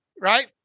right